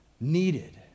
needed